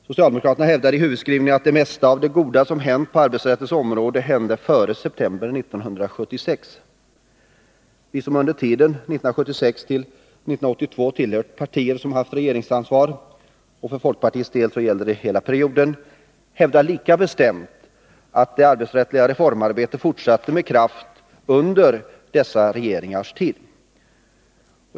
Socialdemokraterna hävdar i huvudskrivningen att det mesta av det goda som hänt på arbetsrättens område hände före september 1976. Vi som under tiden 1976-1982 tillhört partier som haft regeringsansvar, och för folkpartiets del gäller det ju hela perioden, hävdar lika bestämt att det arbetsrättsliga reformarbetet fortsatte med kraft under dessa regeringars tid.